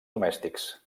domèstics